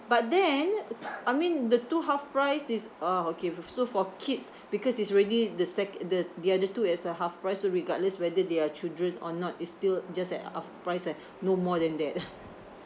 but then I mean the two half price is uh okay so for kids because it's already the sec~ the the other two is uh half price so regardless whether they are children or not it's still just uh half price uh no more than that